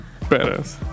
Badass